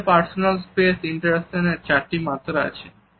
আসলে personal space interaction এর 8টি মাত্রা আছে